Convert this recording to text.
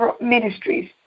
ministries